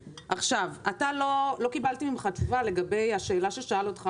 לא קיבלתי ממך תשובה לגבי השאלה ששאל אותך